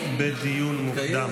מתקיים.